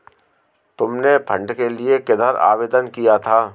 तुमने फंड के लिए किधर आवेदन किया था?